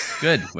Good